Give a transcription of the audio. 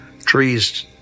trees